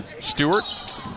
Stewart